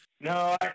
No